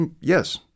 yes